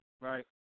right